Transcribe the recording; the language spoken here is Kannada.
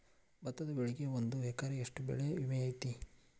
ಭತ್ತದ ಬೆಳಿಗೆ ಒಂದು ಎಕರೆಗೆ ಎಷ್ಟ ಬೆಳೆ ವಿಮೆ ಐತಿ?